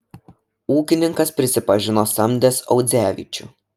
ūkininkas prisipažino samdęs audzevičių